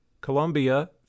Colombia